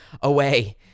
away